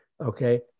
Okay